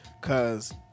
Cause